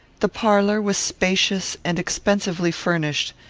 the parlour was spacious and expensively furnished,